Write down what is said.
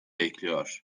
bekliyor